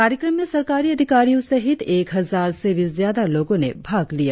कार्यक्रम में सरकारी अधिकारियों सहित एक हजार से भी ज्यादा लोगो ने भाग लिया